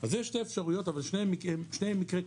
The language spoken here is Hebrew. אז יש שתי אפשרויות אבל שתיהן מקרי קיצון.